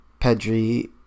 Pedri